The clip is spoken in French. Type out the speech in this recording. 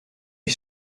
est